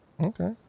Okay